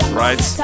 right